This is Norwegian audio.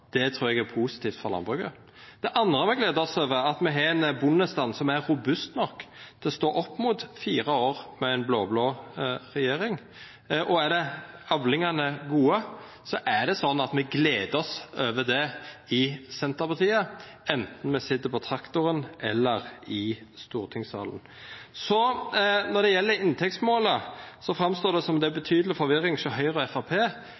Det trur eg er positivt for landbruket. Det andre me kan gleda oss over, er at me har ein bondestand som er robust nok til å stå opp mot fire år med ei blå-blå regjering. Og er avlingane gode, er det slik at me gleder oss over det i Senterpartiet, anten me sit på traktoren, eller me sit i stortingssalen. Når det gjeld inntektsmåla, framstår det som om det er betydeleg forvirring hos Høgre og